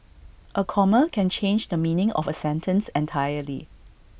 A comma can change the meaning of A sentence entirely